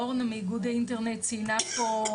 אורנה מאיגוד האינטרנט ציינה פה,